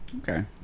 Okay